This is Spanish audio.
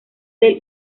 del